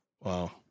Wow